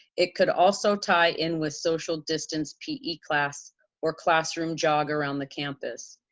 it could also tie in with social distance pe class or classroom jog around the campus.